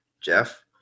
jeff